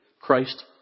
Christ